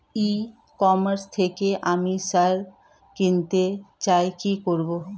ই commerce থেকে আমি সার কিনতে চাই কি করব?